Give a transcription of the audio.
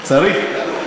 צריך.